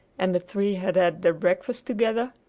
and the three had had their breakfast together,